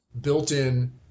built-in –